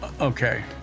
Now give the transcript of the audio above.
okay